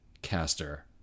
caster